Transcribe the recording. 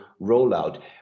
rollout